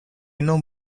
non